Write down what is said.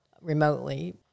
remotely